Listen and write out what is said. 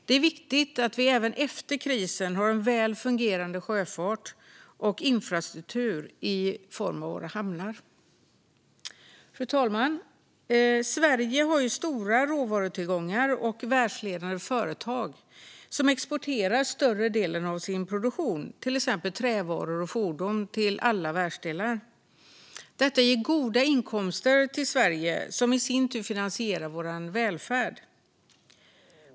Det är viktigt att vi även efter krisen har en väl fungerande sjöfart och infrastruktur i form av våra hamnar. Fru talman! Sverige har stora råvarutillgångar och världsledande företag som exporterar större delen av sin produktion, till exempel trävaror och fordon, till alla världsdelar. Detta ger goda inkomster till Sverige och finansierar i sin tur vår välfärd.